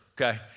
okay